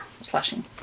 Slashing